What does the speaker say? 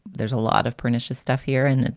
there's a lot of pernicious stuff here in it.